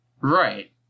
Right